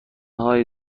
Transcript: هایی